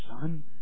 Son